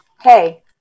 Hey